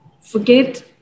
Forget